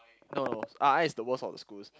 no no R_I is the worst of the schools